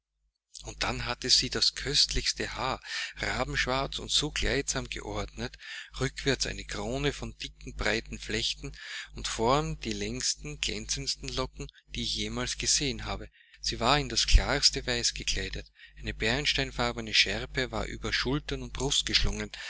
und dann hat sie das köstlichste haar rabenschwarz und so kleidsam geordnet rückwärts eine krone von dicken breiten flechten und vorn die längsten glänzendsten locken die ich jemals gesehen habe sie war in das klarste weiß gekleidet eine bernsteinfarbene schärpe war über schultern und brust